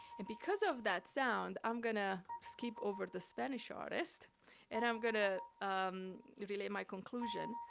and because of that sound, i'm gonna skip over the spanish artists and i'm gonna relay my conclusion.